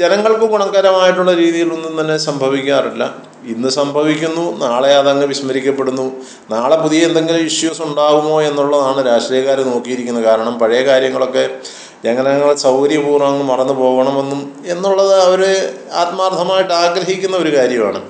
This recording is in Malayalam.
ജനങ്ങൾക്ക് ഗുണകരമായിട്ടുള്ള രീതിയിലൊന്നും തന്നെ സംഭവിക്കാറില്ല ഇന്ന് സംഭവിക്കുന്നു നാളെ അതങ്ങ് വിസ്മരിക്കപ്പെടുന്നു നാളെ പുതിയ എന്തെങ്കിലും ഇഷ്യൂസ് ഉണ്ടാവുമോ എന്നുള്ളതാണ് രാഷ്ട്രീയക്കാർ നോക്കിയിരിക്കുന്നത് കാരണം പഴയ കാര്യങ്ങളൊക്കെ ജനങ്ങൾ സൗകര്യപൂർവ്വം മറന്ന് പോകണമെന്നും എന്നുള്ളത് അവരെ ആത്മാർഥമായിട്ട് ആഗ്രഹിക്കുന്ന ഒരു കാര്യമാണ്